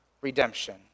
redemption